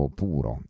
puro